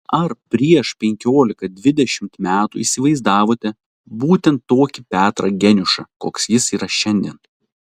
ar prieš penkiolika dvidešimt metų įsivaizdavote būtent tokį petrą geniušą koks jis yra šiandien